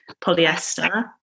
polyester